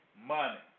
money